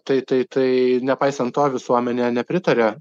tai tai tai nepaisant to visuomenė nepritaria